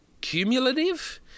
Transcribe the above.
cumulative